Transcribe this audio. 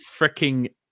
freaking